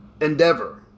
endeavor